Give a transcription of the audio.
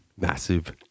massive